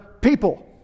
people